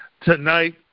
Tonight